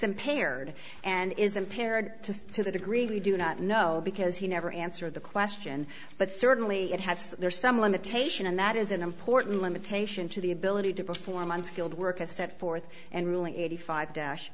impaired and is impaired to say to the degree we do not know because he never answered the question but certainly it has some limitation and that is an important limitation to the ability to perform unskilled work as set forth and ruling eighty five dash